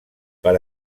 per